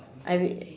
I w~